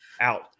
out